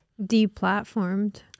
deplatformed